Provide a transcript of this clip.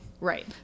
Right